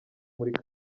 muri